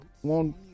one